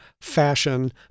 fashion